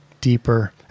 deeper